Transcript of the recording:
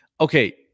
okay